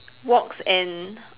woks and